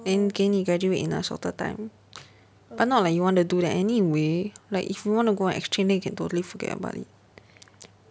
then 给你 graduate in a shorter time but not like you want to do that anyway like if you want to go on exchange you can totally forget about it